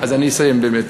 תודה, אז אני אסיים באמת.